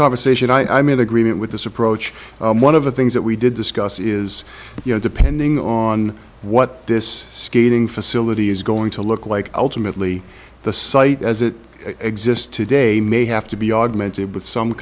conversation i mean agreement with this approach one of the things that we did discuss is you know depending on what this skating facility is going to look like ultimately the site as it exists today may have to be augmented with some